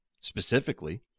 specifically